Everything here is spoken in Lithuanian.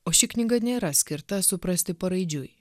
o ši knyga nėra skirta suprasti paraidžiui